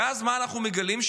ואז, מה אנחנו מגלים?